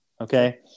okay